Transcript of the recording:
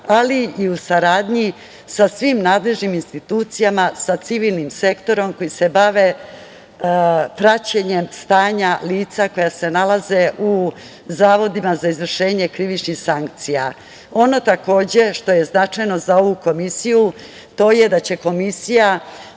ali i u saradnji sa svim nadležnim institucijama, sa civilnim sektorom koji se bave praćenjem stanja lica koja se nalaze u Zavodima za izvršenje krivičnih sankcija. Ono što je značajno za ovu Komisiju, to je da će Komisija